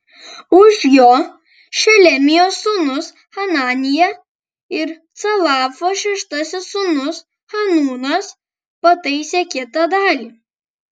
už jo šelemijos sūnus hananija ir calafo šeštasis sūnus hanūnas pataisė kitą dalį